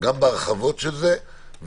גם בהרחבות של זה ולנסות